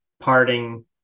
parting